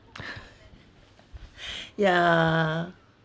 ya